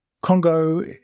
Congo